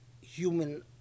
human